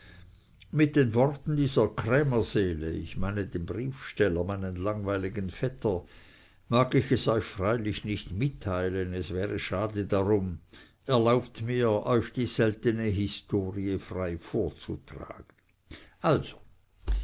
mit den worten dieser krämerseele ich meine den briefsteller meinen langweiligen vetter mag ich es euch freilich nicht mitteilen es wäre schade darum erlaubt mir euch die seltene historie frei vorzutragen also